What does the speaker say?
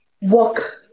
walk